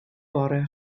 bore